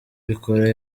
ubikora